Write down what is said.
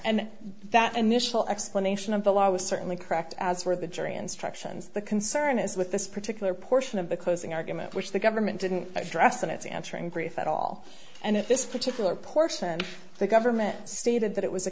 and that initial explanation of the law was certainly cracked as were the jury instructions the concern is with this particular portion of the closing argument which the government didn't address in its answering brief at all and if this particular portion of the government stated that it was a